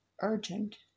urgent